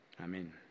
Amen